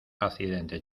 accidente